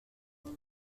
here